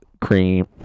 cream